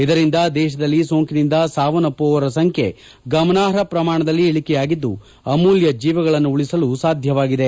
ಇದರಿಂದ ದೇಶದಲ್ಲಿ ಸೋಂಕಿನಿಂದ ಸಾವನ್ನಪ್ಪುವವರ ಸಂಖ್ಯೆ ಗಮನಾರ್ಹ ಪ್ರಮಾಣದಲ್ಲಿ ಇಳಿಕೆಯಾಗಿದ್ದು ಅಮೂಲ್ಯ ಜೀವಗಳನ್ನು ಉಳಿಸಲು ಸಾಧ್ಯವಾಗಿದೆ